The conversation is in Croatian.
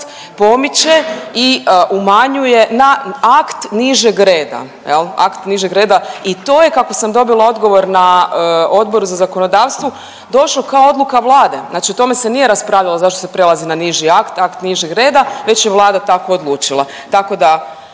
nižeg reda jel, akt nižeg reda i to je kako sam dobila odgovor na Odboru za zakonodavstvo došao kao odluka Vlade, znači o tome se nije raspravljalo zašto se prelazi na niži akt, akt nižeg reda, već je Vlada tako odlučila,